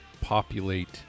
populate